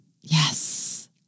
Yes